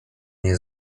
nie